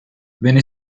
venne